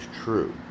true